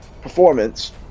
performance